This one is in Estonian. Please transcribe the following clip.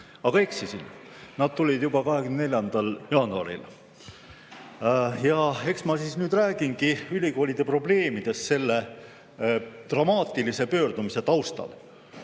Aga eksisin, nad tegid seda juba 24. jaanuaril. Eks ma siis nüüd räägingi ülikoolide probleemidest selle dramaatilise pöördumise taustal.